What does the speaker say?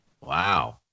Wow